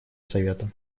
совета